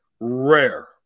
rare